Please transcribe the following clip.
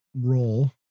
role